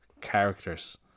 characters